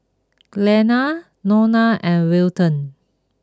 Glenna Nona and Weldon